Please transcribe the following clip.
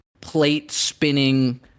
plate-spinning